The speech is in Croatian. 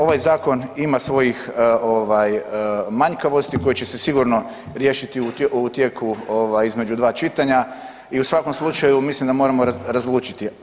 Ovaj zakon ima svojim ovaj manjkavosti koje će se sigurno riješiti u tijeku ovaj između dva čitanja i u svakom slučaju mislim da moramo razlučiti.